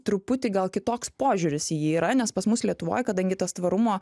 truputį gal kitoks požiūris į jį yra nes pas mus lietuvoj kadangi tas tvarumo